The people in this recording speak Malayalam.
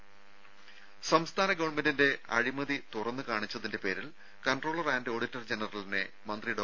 രുര സംസ്ഥാന ഗവൺമെന്റിന്റെ അഴിമതി തുറന്നുകാണിച്ചതിന്റെ പേരിൽ കൺട്രോളർ ആന്റ് ഓഡിറ്റർ ജനറലിനെ മന്ത്രി ഡോ